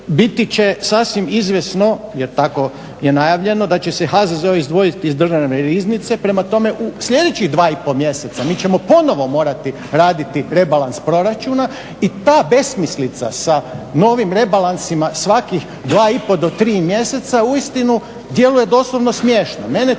biti će sasvim izvjesno, jer tako je najavljeno, da će se HZZO izdvojiti iz Državne riznice, prema tome u sljedećih 2,5 mjeseca mi ćemo ponovno morati raditi rebalans proračuna i ta besmislica sa novim rebalansima svakih 2,5 do 3 mjeseca uistinu djeluje doslovno smiješno.